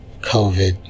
COVID